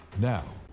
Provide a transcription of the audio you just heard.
Now